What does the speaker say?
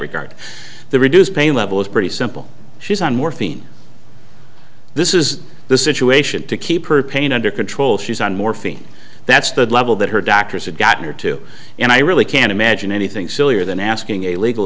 regard the reduced pain level is pretty simple she's on morphine this is the situation to keep her pain under control she's on morphine that's the level that her doctors have gotten her to and i really can't imagine anything sillier than asking a legal